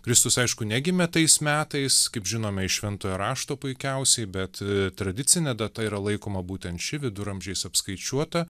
kristus aišku negimė tais metais kaip žinome iš šventojo rašto puikiausiai bet tradicine data yra laikoma būtent ši viduramžiais apskaičiuota